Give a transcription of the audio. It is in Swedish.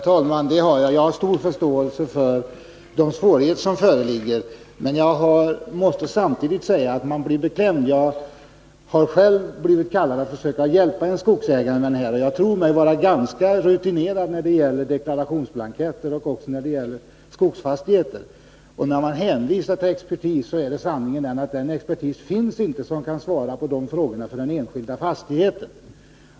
Herr talman! Jag har stor förståelse för de föreliggande svårigheterna men måste säga att man blir beklämd. Jag har själv blivit ombedd att hjälpa en skogsägare och tror mig vara ganska rutinerad när det gäller deklarationsblanketter och skogsfastigheter. När det hänvisas till expertis är att märka att sanningen är den att den expertis inte finns som kan svara på de frågor som gäller den enskilda fastigheten.